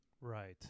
Right